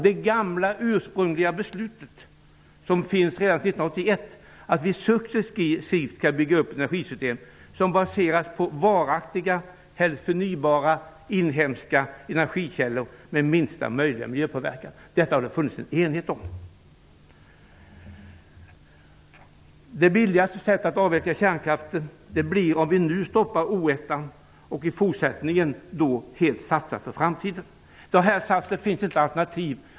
Det gamla, ursprungliga beslutet, som fattades redan 1981, att vi successivt skall bygga upp energisystem som baseras på förnybara, inhemska energikällor med minsta möjliga miljöpåverkan, har det funnits enighet om. Det billigaste sättet att avveckla kärnkraften vore att nu stoppa O1 och i fortsättningen helt satsa för framtiden. Här finns alternativ.